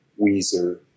Weezer